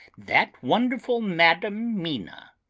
that wonderful madam mina,